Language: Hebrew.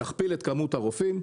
נכפיל את כמות הרופאים,